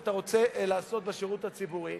שאתה רוצה לעשות בשירות הציבורי.